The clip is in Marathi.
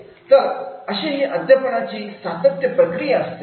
तर अशीही अध्यापनाची सातत्य प्रक्रिया असते